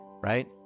right